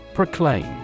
Proclaim